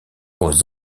aux